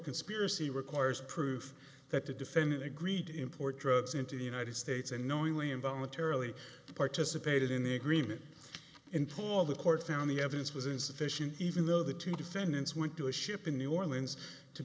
conspiracy requires proof that the defendant agreed to import drugs into the united states and knowingly and voluntarily participated in the agreement in paul the court found the evidence was insufficient even though the two defendants went to a ship in new orleans to